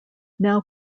now